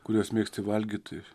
kuriuos mėgsti valgyti